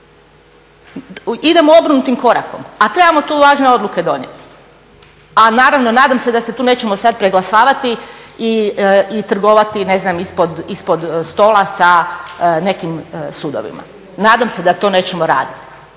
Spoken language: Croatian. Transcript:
Idemo obrnutim korakom, a trebamo tu važne odluke donijeti. A naravno, nadam se da se tu nećemo sad preglasavati i trgovati ne znam ispod stola sa nekim sudovima. Nadam se da to nećemo raditi.